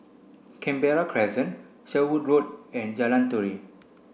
Canberra Crescent Sherwood Road and Jalan Turi